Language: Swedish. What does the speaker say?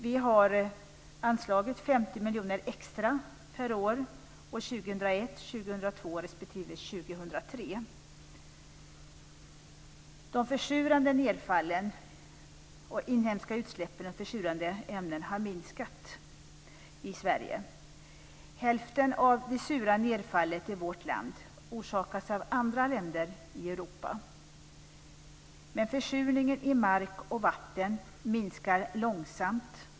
Vi har anslagit De inhemska utsläppen med försurande ämnen har minskat i Sverige. Hälften av det sura nedfallet i vårt land orsakas av andra länder i Europa. Men försurningen i mark och vatten minskar långsamt.